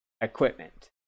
equipment